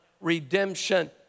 redemption